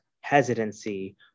hesitancy